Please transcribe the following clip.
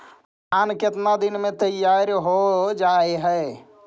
धान केतना दिन में तैयार हो जाय है?